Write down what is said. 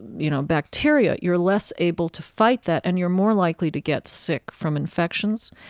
you know, bacteria, you're less able to fight that and you're more likely to get sick from infections,